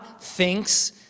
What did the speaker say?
thinks